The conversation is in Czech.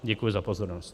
Děkuji za pozornost.